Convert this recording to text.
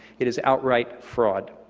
it is outright fraud.